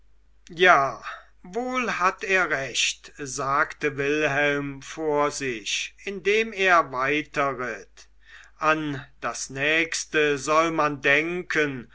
schien jawohl hat er recht sagte wilhelm vor sich indem er weiter ritt an das nächste soll man denken